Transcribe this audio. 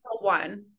one